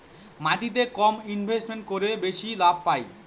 মাটিতে কম ইনভেস্ট করে বেশি লাভ পাই